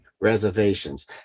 Reservations